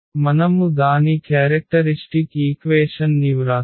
మనము దాని characteristic equation ని వ్రాస్తే